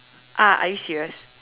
ah are you serious